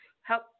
help